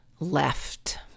Left